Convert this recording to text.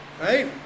Right